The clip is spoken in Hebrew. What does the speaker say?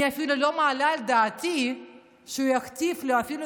אני אפילו לא מעלה על דעתי שהוא יכתיב לי או אפילו